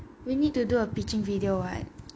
we need to do a pitching video [what]